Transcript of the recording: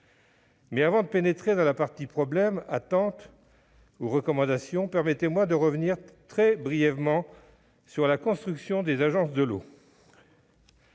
l'eau. Avant d'aborder la partie « problèmes, attentes et recommandations », permettez-moi de revenir très brièvement sur la construction des agences de l'eau.